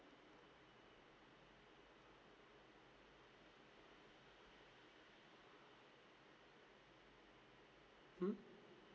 hmm